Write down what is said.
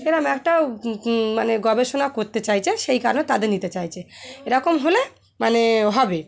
এরকম একটা মানে গবেষণা করতে চাইছে সেই কারণে তাদের নিতে চাইছে এরকম হলে মানে হবে